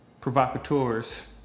provocateurs